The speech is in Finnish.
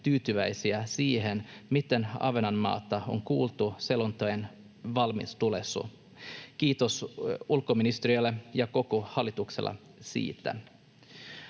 tyytyväisiä siihen, miten Ahvenanmaata on kuultu selonteon valmistelussa. Kiitos ulkoministeriölle ja koko hallitukselle siitä.